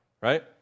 right